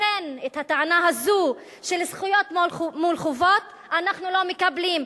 לכן את הטענה הזאת של זכויות מול חובות אנחנו לא מקבלים.